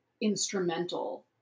instrumental